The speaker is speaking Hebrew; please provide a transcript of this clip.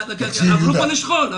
דיברו פה על שכול.